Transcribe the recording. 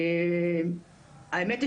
האמת שידענו,